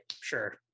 sure